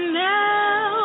now